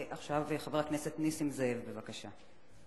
ועכשיו, חבר הכנסת נסים זאב, בבקשה.